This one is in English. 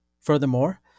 Furthermore